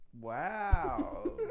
Wow